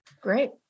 Great